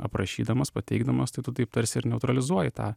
aprašydamas pateikdamas tai tu taip tarsi ir neutralizuoji tą